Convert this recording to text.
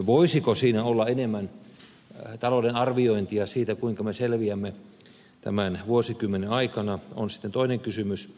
voisiko siinä olla enemmän talouden arviointia siitä kuinka me selviämme tämän vuosikymmenen aikana on sitten toinen kysymys